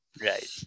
Right